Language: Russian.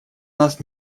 нас